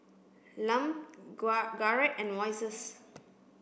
Lum Garrett and Moises